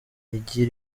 igi